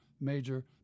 major